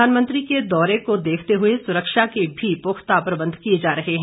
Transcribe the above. प्रधानमंत्री के दौरे को देखते हुए सुरक्षा के भी पुख्ता प्रबंध किए जा रहे हैं